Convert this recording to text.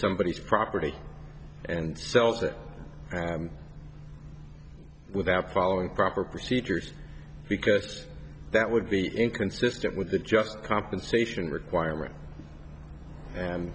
somebody is property and sells it without following proper procedures because that would be inconsistent with the just compensation requirement and